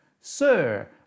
Sir